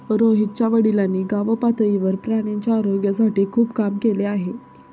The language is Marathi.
रोहितच्या वडिलांनी गावपातळीवर प्राण्यांच्या आरोग्यासाठी खूप काम केले आहे